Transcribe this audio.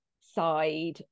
side